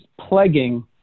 plaguing